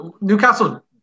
Newcastle